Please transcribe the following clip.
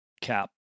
cap